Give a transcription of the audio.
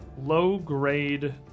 low-grade